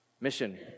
Mission